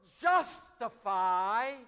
justify